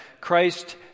Christ